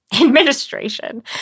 administration